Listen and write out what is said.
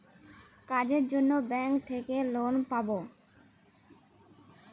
কাজের জন্য ব্যাঙ্ক থেকে লোন পাবো